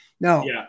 no